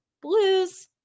Blues